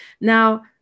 Now